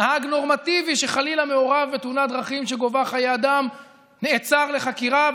נהג נורמטיבי שחלילה מעורב בתאונת דרכים שגובה חיי אדם נעצר לחקירה,